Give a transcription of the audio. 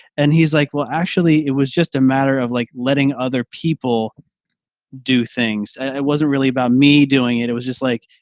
and he's like, well, actually, it was just a matter of like letting other people do things. it wasn't really about me doing it. it was just like,